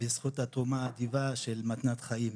בזכות התרומה האדיבה של מתנת חיים.